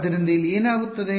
ಆದ್ದರಿಂದ ಇಲ್ಲಿ ಏನಾಗುತ್ತದೆ